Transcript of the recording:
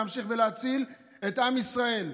להמשיך ולהציל את עם ישראל.